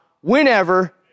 whenever